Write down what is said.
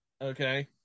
Okay